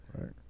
right